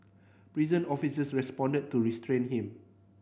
prison officers responded to restrain him